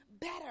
better